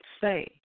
say